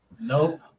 Nope